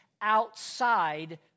outside